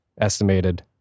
estimated